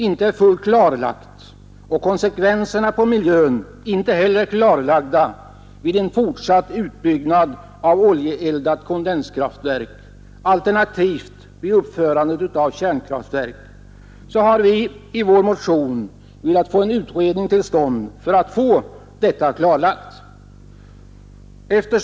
Eftersom miljöansvaret och konsekvenserna på miljön vid en fortsatt utbyggnad av ett oljeeldat kondenskraftverk, alternativt vid uppförandet av ett kärnkraftverk, inte är klarlagda, har vi genom vår motion velat få en utredning till stånd beträffande dessa frågor.